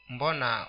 Mbona